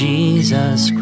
Jesus